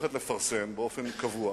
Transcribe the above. הולכת לפרסם באופן קבוע